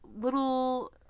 little